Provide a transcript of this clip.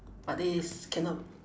but this cannot